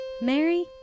Mary